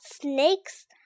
snakes